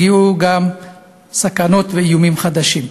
הגיעו גם סכנות ואיומים חדשים.